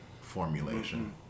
formulation